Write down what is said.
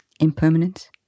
impermanent